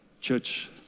church